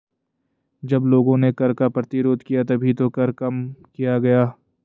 जब लोगों ने कर का प्रतिरोध किया तभी तो कर कम किया गया